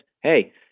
Hey